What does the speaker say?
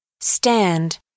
Stand